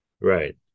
Right